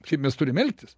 kaip mes turime elgtis